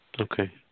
Okay